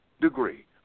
degree